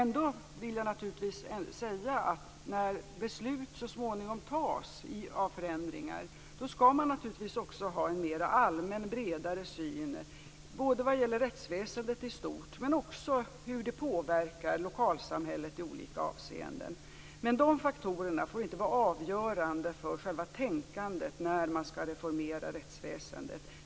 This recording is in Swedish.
Ändå vill jag säga att man när beslut om förändringar så småningom tas naturligtvis också skall ha en bredare och mera allmän syn både på rättsväsendet i stort och på hur lokalsamhället påverkas i olika avseenden. Men dessa faktorer får inte vara avgörande för själva tänkandet när man skall reformera rättsväsendet.